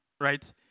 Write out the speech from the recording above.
right